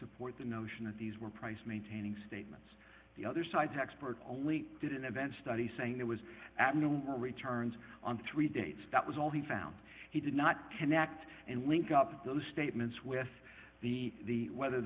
support the notion that these were price maintaining statements the other side's expert only did an event study saying there was avenue returns on three dates that was all the found he did not connect and link up those statements with the weather the